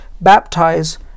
baptize